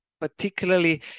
particularly